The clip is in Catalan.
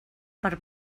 per